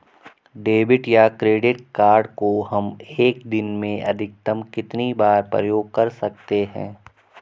Debit या credit card को हम एक दिन में अधिकतम कितनी बार प्रयोग कर सकते हैं?